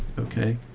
okay.